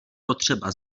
potřeba